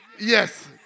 Yes